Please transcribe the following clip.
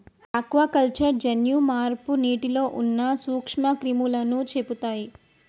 aquaculture జన్యు మార్పు నీటిలో ఉన్న నూక్ష్మ క్రిములని చెపుతయ్